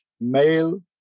male